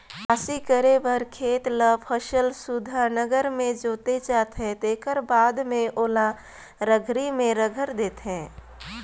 बियासी करे बर खेत ल फसल सुद्धा नांगर में जोते जाथे तेखर बाद में ओला रघरी में रघर देथे